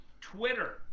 Twitter